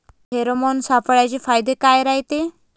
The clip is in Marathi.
फेरोमोन सापळ्याचे फायदे काय रायते?